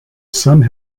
some